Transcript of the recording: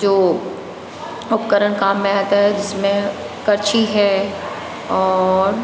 जो उपकरण काम में है जिसमें करछी है और